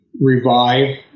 revive